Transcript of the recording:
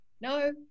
No